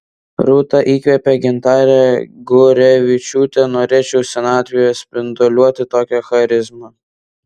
rūta įkvėpė gintarę gurevičiūtę norėčiau senatvėje spinduliuoti tokia charizma